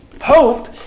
Hope